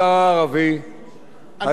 ההתפתחויות מעודדות,